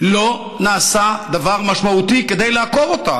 לא נעשה דבר משמעותי כדי לעקור אותה.